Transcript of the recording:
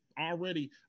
already